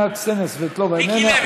איננה,